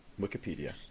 Wikipedia